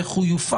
איך הוא יופעל,